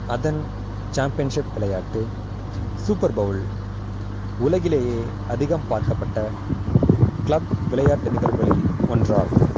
அதன் சாம்பியன்ஷிப் விளையாட்டு Super Bowl உலகிலேயே அதிகம் பார்க்கப்பட்ட க்ளப் விளையாட்டு நிகழ்வுகளில் ஒன்றாகும்